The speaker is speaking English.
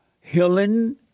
healing